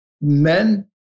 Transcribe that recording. men